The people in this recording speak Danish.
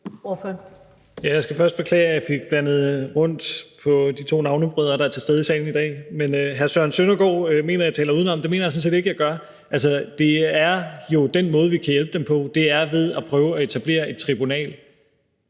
Jeg skal først beklage, at jeg fik blandet rundt på de to navnebrødre, der er til stede i salen i dag. Men hr. Søren Søndergaard mener, at jeg taler udenom. Det mener jeg sådan set ikke jeg gør, for det er jo den måde, vi kan hjælpe dem på, altså ved at prøve at etablere et tribunal.